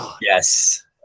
Yes